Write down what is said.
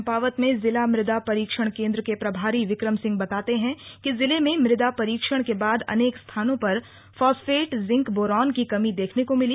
चंपावत में जिला मृदा परीक्षण केंद्र के प्रभारी विक्रम सिंह बताते है कि जिले में मृदा परीक्षण के बाद अनेक स्थानों पर फॉस्फेट जिंक बोरॉन की कमी देखने को मिली